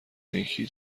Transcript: نیکی